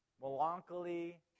melancholy